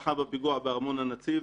שנרצחה בפיגוע בארמון הנציב.